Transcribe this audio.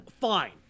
fine